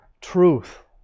truth